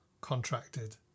contracted